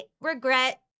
regret